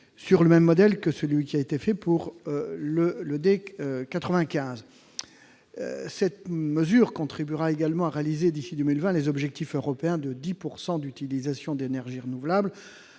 sur le même modèle que celui qui a été prévu pour l'ED95. Une telle mesure contribuera également à réaliser, d'ici à 2020, les objectifs européens de 10 % d'utilisation d'énergies renouvelables